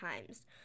times